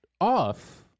off